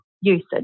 usage